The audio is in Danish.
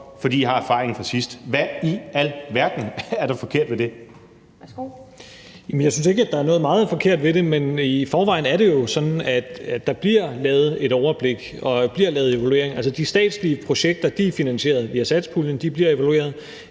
Værsgo. Kl. 17:30 Rasmus Stoklund (S): Jamen jeg synes ikke, at der er noget meget forkert ved det, men i forvejen er det jo sådan, at der bliver lavet et overblik og bliver lavet evalueringer. Altså, de statslige projekter er finansieret via satspuljen, og de bliver evalueret.